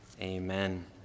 amen